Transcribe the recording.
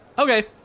Okay